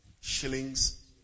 shillings